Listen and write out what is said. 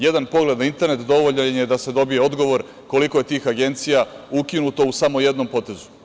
Jedan pogled na internet dovoljan je da se dobije odgovor koliko je tih agencija ukinuto u samo jednom potezu.